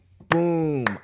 Boom